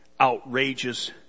outrageous